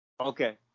Okay